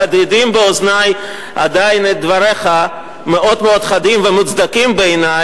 מהדהדים באוזני עדיין דבריך, מאוד